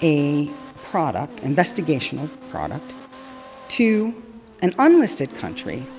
a product, investigational product to an unlisted country,